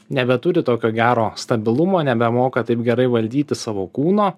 nebeturi tokio gero stabilumo nebemoka taip gerai valdyti savo kūno